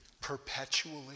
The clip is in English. perpetually